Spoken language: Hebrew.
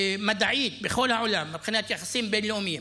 מדעית, בכל העולם, מבחינת יחסים בין-לאומיים.